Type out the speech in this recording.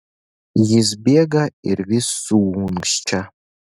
jis bėga ir vis suunkščia